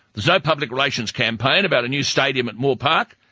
there's no public relations campaign about a new stadium at moore park,